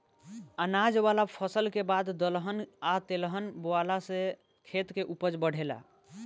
अनाज वाला फसल के बाद दलहन आ तेलहन बोआला से खेत के ऊपज बढ़ेला